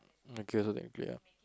I guess technically ah